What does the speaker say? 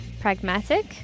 Pragmatic